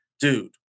Dude